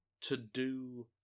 to-do